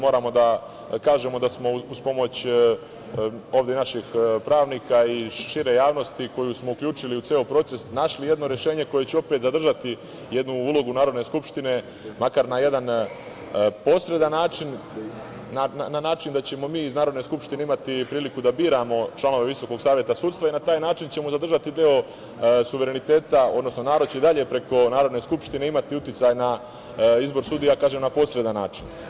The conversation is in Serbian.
Moramo da kažemo da smo, uz pomoć ovde naših pravnika i šire javnosti koju smo uključili u ceo proces, našli jedno rešenje koje će opet zadržati jednu ulogu Narodne skupštine, makar na jedan posredan način, na način da ćemo mi iz Narodne skupštine imati priliku da biramo članove Visokog saveta sudstva i na taj način ćemo zadržati deo suvereniteta, odnosno, narod će i dalje preko Narodne skupštine imati uticaj na izbor sudija, kažem, na posredan način.